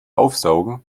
aufsaugen